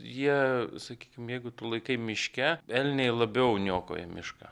jie sakykim jeigu tu laikai miške elniai labiau niokoja mišką